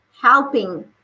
helping